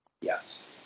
Yes